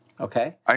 Okay